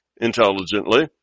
intelligently